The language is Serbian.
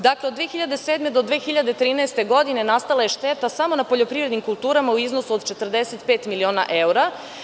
Dakle, od 2007. do 2013. godine nastala je šteta samo na poljoprivrednim kulturama u iznosu 45 miliona evra.